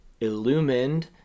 illumined